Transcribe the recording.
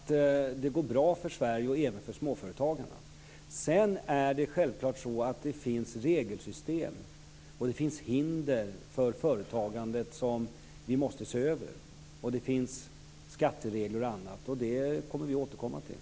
Fru talman! Först får jag konstatera att näringsklimatet är hyggligt i dag. Det går bra för Sverige och även för småföretagarna. Sedan finns det regelsystem och hinder för företagandet som vi måste se över - skatteregler och annat. Det kommer vi att återkomma till.